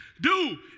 Dude